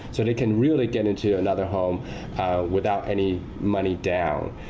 so they can really get into another home without any money down.